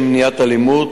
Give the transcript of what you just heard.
לשם מניעת אלימות),